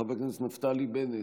חבר הכנסת נפתלי בנט,